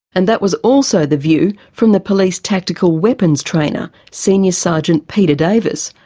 and that was also the view from the police tactical weapons trainer, senior sergeant peter davis,